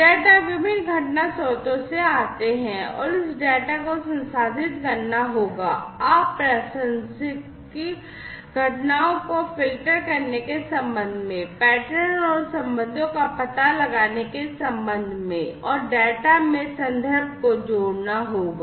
data विभिन्न घटना स्रोतों से आते हैं और इस डेटा को संसाधित करना होगा अप्रासंगिक घटनाओं को फ़िल्टर करने के संबंध में पैटर्न और संबंधों का पता लगाने के संबंध में और डेटा में संदर्भ को जोड़ना होगा